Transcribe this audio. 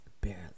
Barely